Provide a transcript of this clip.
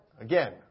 Again